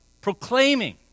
proclaiming